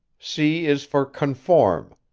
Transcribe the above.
c is for conform,